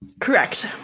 Correct